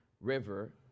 River